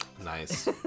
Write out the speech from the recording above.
Nice